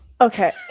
Okay